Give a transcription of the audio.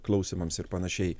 klausymams ir panašiai